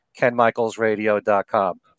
KenMichaelsRadio.com